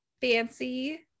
fancy